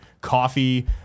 coffee